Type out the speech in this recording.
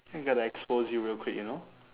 I'm gonna expose you real quick you know